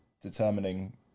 determining